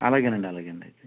అలాగే అండి అలాగే అండి